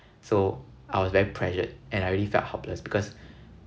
so I was very pressured and I really felt helpless because